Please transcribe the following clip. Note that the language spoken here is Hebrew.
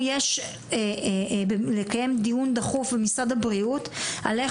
יש לקיים דיון דחוף במשרד הבריאות לגבי איך